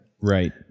Right